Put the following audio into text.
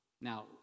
Now